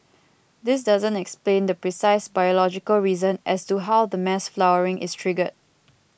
this doesn't explain the precise biological reason as to how the mass flowering is triggered